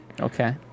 Okay